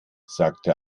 sagte